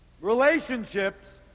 relationships